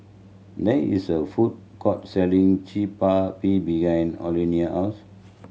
there is a food court selling behind house